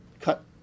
cut